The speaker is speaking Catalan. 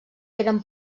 eren